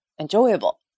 enjoyable